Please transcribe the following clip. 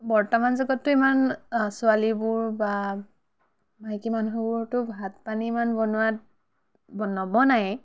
বৰ্তমান যুগততো ইমান ছোৱালীবোৰ বা মাইকী মানুহবোৰতো ভাত পানী ইমান বনোৱাত নবনায়েই